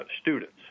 students